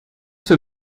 für